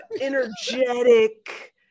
energetic